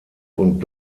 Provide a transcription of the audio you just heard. und